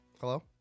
Hello